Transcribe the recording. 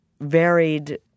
varied